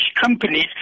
companies